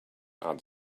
add